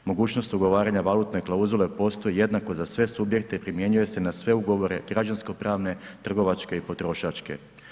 Mogućnost ugovaranja valutne klauzule postoji jednako za sve subjekte i primjenjuje se na sve ugovore građansko pravne, trgovačke i potrošačke.